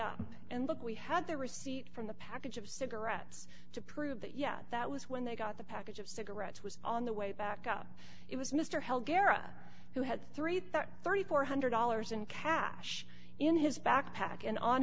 up and look we had the receipt from the package of cigarettes to prove that yes that was when they got the package of cigarettes was on the way back up it was mr hell guera who had three hundred and thirty four one hundred dollars in cash in his backpack and on